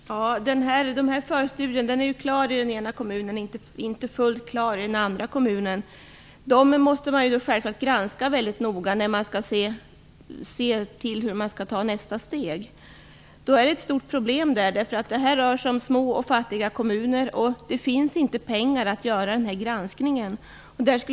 Fru talman! I den ena kommunen är förstudien klar. Den är inte fullt klar i den andra kommunen. Man måste självfallet granska förstudierna väldigt noga när man skall se till hur man skall ta nästa steg. Här finns det ett stort problem, eftersom det rör sig om små och fattiga kommuner. Det finns inte pengar för att göra den här granskningen.